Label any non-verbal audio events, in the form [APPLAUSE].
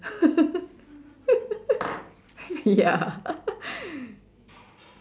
[LAUGHS] ya [LAUGHS]